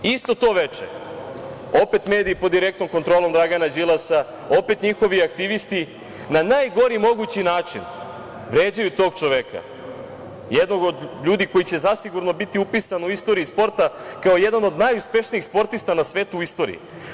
Isto to veče opet mediji pod direktnom kontrolom Dragana Đilas, opet njihovi aktivnosti na najgori mogući način vređaju tog čoveka, jednog od ljudi koji će zasigurno biti upisan u istoriji sporta kao jedan od najuspešnijih sportista na svetu u istoriji.